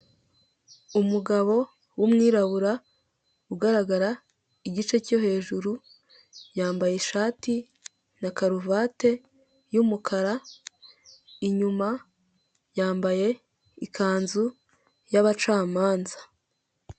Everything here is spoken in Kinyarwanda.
Umugabo w'umwirabura ugaragara igice cyo hejuru yambaye ishati na karuvati y'umukara inyuma yambaye ikanzu y'abacamanza.